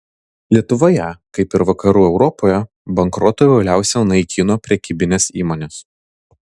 lietuvoje kaip ir vakarų europoje bankrotai uoliausiai naikino prekybines įmones